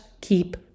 keep